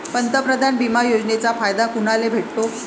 पंतप्रधान बिमा योजनेचा फायदा कुनाले भेटतो?